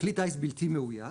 כלי טיס בלתי מאויש